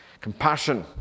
compassion